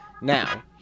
Now